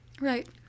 Right